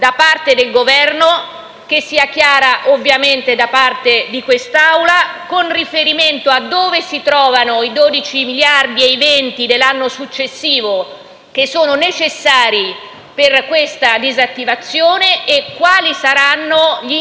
da parte del Governo, e ovviamente da parte di quest'Assemblea, con riferimento a dove si trovano i 12 miliardi di euro (e i 20 per l'anno successivo) che sono necessari per questa disattivazione e a quali saranno gli